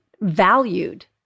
valued